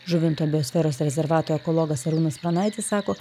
žuvinto biosferos rezervato ekologas arūnas pranaitis sako